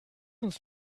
uns